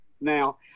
now